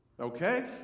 okay